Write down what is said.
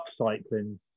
upcycling